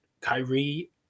Kyrie